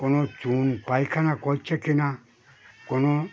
কোনো চুন পায়খানা করছে কি না কোনো